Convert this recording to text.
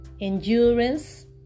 Endurance